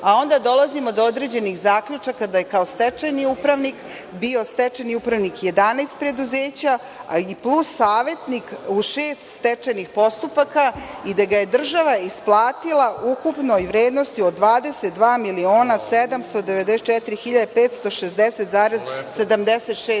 a onda dolazimo do određenih zaključaka da je kao stečajni upravnik bio stečajni upravnik 11 preduzeća, i plus savetnik u šest stečajnih postupaka i da ga je država isplatila u ukupnoj vrednosti od 22.794.560,76